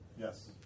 Yes